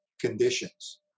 conditions